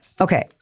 Okay